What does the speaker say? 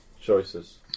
choices